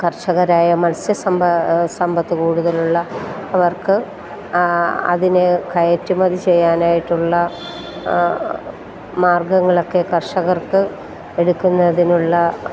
കർഷകരായ മത്സ്യ സമ്പ സമ്പത്ത് കൂടുതലുള്ള അവർക്ക് അതിന് കയറ്റുമതി ചെയ്യാനായിട്ടുള്ള മാർഗ്ഗങ്ങളൊക്കെ കർഷകർക്ക് എടുക്കുന്നതിനുള്ള